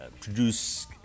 produce